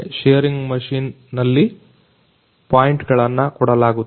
shearing machine ನಲ್ಲಿ ಪಾಯಿಂಟ್ಗಳನ್ನು ಕೊಡಲಾಗುತ್ತದೆ